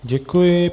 Děkuji.